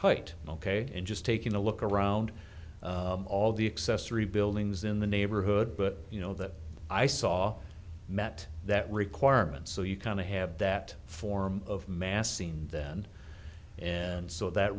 height ok and just taking a look around all the accessory buildings in the neighborhood but you know that i saw met that requirement so you kind of have that form of mass seen then and so that